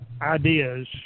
ideas